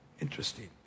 Interesting